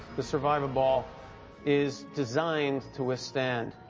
the survivaball is designed to withstand.